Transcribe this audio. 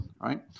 right